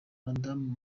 madamu